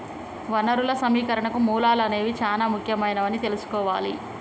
వనరులు సమీకరణకు మూలాలు అనేవి చానా ముఖ్యమైనవని తెల్సుకోవాలి